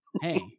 Hey